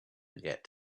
forget